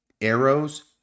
arrows